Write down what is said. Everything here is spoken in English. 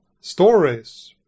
stories